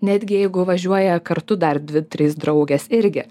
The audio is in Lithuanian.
netgi jeigu važiuoja kartu dar dvi trys draugės irgi